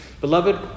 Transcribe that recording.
Beloved